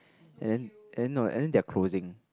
and then and then no and then they are closing